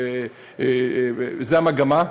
זו המגמה,